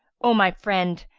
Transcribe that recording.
o my friend!